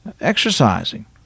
Exercising